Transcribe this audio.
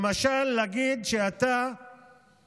למשל, להגיד שיש